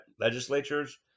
legislatures